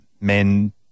men